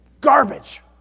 Garbage